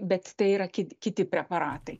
bet tai yra kit kiti preparatai